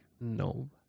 No